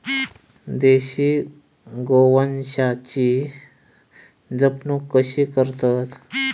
देशी गोवंशाची जपणूक कशी करतत?